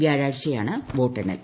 വ്യാഴാഴ്ചയാണ് വോട്ടെണ്ണൽ